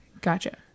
Gotcha